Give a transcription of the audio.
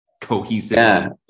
cohesive